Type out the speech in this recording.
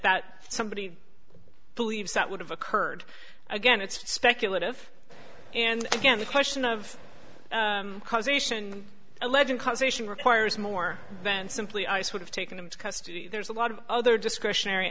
that somebody believes that would have occurred again it's speculative and again the question of causation alleging causation requires more than simply ice would have taken into custody there's a lot of other discretionary